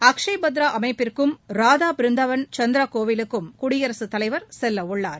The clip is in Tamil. அக்ஷைபத்ரா அமைப்பிற்கும் ராதாபிருந்தாவன் சந்திரா கோயிலுக்கும் குடியரசுத் தலைவர் செல்லவுள்ளார்